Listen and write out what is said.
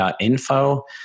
info